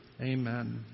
Amen